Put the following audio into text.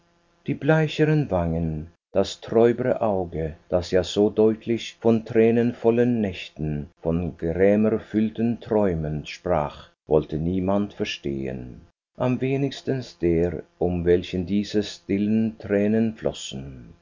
die bleicheren wangen das trübere auge das ja so deutlich von tränenvollen nächten von gramerfüllten träumen sprach wollte niemand verstehen am wenigsten der um welchen diese stillen tränen flossen